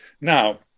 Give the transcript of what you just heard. Now